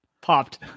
Popped